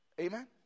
Amen